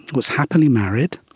was happily married,